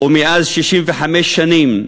ו-65 שנים